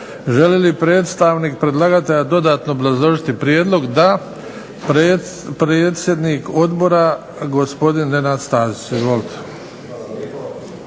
Želi li predstavnik predlagatelja dodatno obrazložiti prijedlog? Da. Predsjednik odbora gospodin Nenad Stazić.